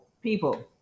people